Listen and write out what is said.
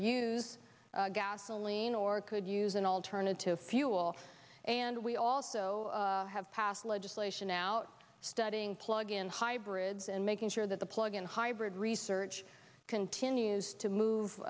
use gasoline or could use an alternative fuel and we also have passed legislation out studying plug in hybrids and making sure that the plug in hybrid research continues to move